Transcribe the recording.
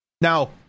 Now